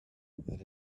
that